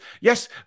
Yes